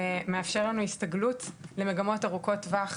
הדבר הזה מאפשר לנו הסתגלות למגמות ארוכות טווח,